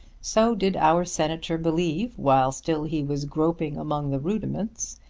so did our senator believe, while still he was groping among the rudiments,